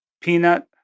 Peanut